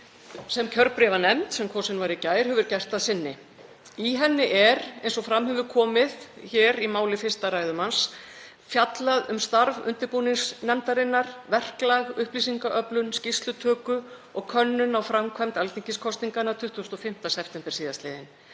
sem kjörbréfanefnd, sem kosin var í gær, hefur gert að sinni. Í henni er, eins og fram hefur komið hér í máli fyrsta ræðumanns, fjallað um starf undirbúningsnefndarinnar, verklag, upplýsingaöflun, skýrslutöku og könnun á framkvæmd alþingiskosninganna 25. september sl.,